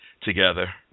together